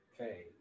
okay